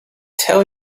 tell